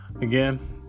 again